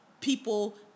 people